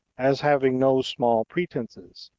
as having no small pretenses,